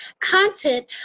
content